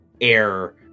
air